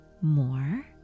more